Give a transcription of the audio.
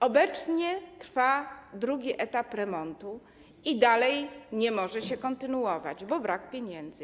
Obecnie trwa drugi etap remontu, ale nie można go kontynuować, bo brak pieniędzy.